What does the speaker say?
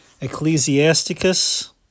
Ecclesiasticus